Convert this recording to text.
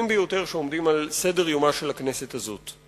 ביותר שעומדים על סדר-יומה של הכנסת הזאת.